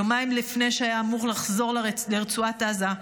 יומיים לפני שהיה אמור לחזור לרצועת עזה,